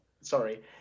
sorry